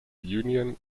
union